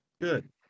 Good